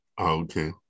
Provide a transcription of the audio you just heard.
Okay